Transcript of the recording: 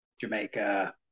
Jamaica